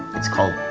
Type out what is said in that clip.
it's called the